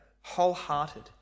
wholehearted